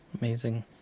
Amazing